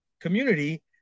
community